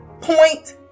point